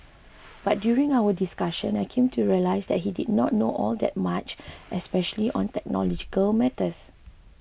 but during our discussion I came to realise that he did not know all that much especially on technological matters